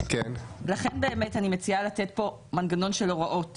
לכן אני מציעה לתת כאן מנגנון של הוראות